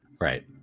Right